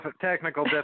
technical